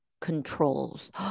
controls